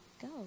Go